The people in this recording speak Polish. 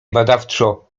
badawczo